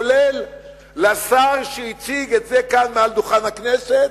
כולל לשר שהציג את זה כאן מעל דוכן הכנסת,